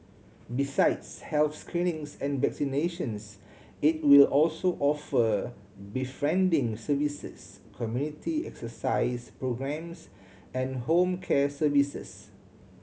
besides health screenings and vaccinations it will also offer befriending services community exercise programmes and home care services